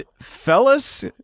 fellas